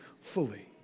fully